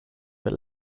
but